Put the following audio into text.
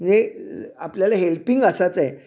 म्हणजे आपल्याला हेल्पिंग असाच आहे